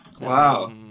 Wow